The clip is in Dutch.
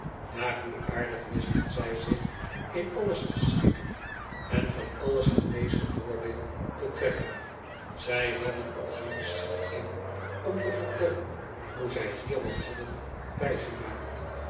maar hoe aardig wisten zij zich in alles te schikken en van alles het meeste voordeel te trekken zij hadden er zoo'n schik in om te vertellen hoe zij hier wat hadden bij gemaakt